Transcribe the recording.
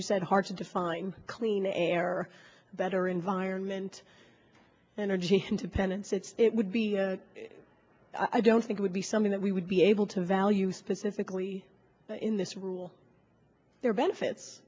you said hard to define clean air better environment energy independence it's it would be i don't think would be something that we would be able to value specifically in this rule there are benefits